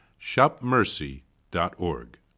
shopmercy.org